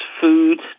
food